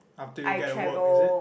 after you get a work is it